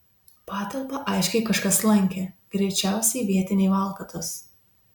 patalpą aiškiai kažkas lankė greičiausiai vietiniai valkatos